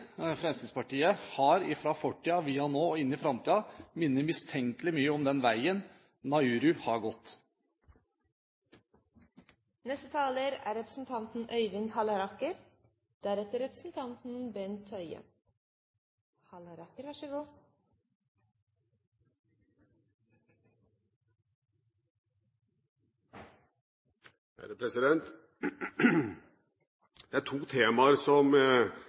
Fremskrittspartiet har fra fortiden, via nå og inn i framtiden, minner mistenkelig mye om den veien Nauru har gått. Det er to temaer som regjeringspartiene stadig kommer tilbake til i denne debatten, og det ene er